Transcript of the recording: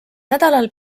nädalal